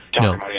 No